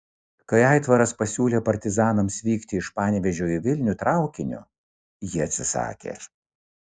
kai aitvaras pasiūlė partizanams vykti iš panevėžio į vilnių traukiniu jie atsisakė